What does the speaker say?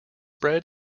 bread